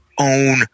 own